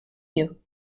you